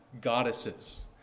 goddesses